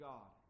God